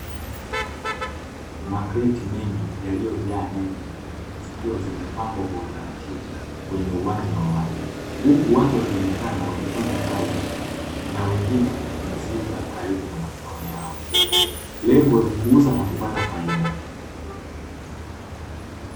Makreti mengi yaliyojaa nyanya nyekundu zikiwa zimepangwa kwa utaratibu kwenye uwanja wa wazi; huku watu wakionekana wakifanya kazi na wengine kupumzika karibu na mazao yao, lengo ni kuuza na kupata faida.